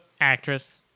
actress